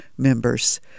members